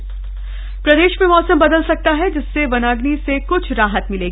मौस म प्रदेश में मौसम बदल सकता है जिससे वनाग्नि से क्छ राहत मिलेगी